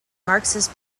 marxist